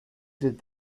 did